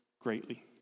greatly